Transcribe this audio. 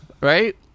right